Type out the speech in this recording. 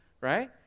right